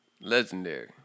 Legendary